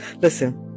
listen